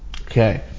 okay